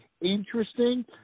interesting